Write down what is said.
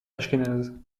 ashkénaze